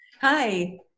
Hi